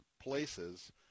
places